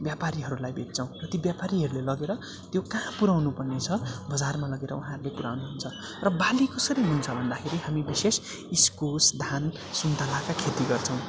ब्यापारीहरूलाई बेच्छौँ र ती ब्यापारीहरूले लगेर त्यो कहाँ पुऱ्याउनु पर्ने छ बजारमा लगेर उहाँहरूले पुऱ्याउनुहुन्छ र बाली कसरी हुन्छ भन्दाखेरि हामी विशेष इस्कुस धान सुन्तलाका खेती गर्छौँ